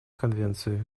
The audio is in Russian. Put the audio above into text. конвенции